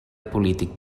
polític